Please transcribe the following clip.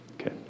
Okay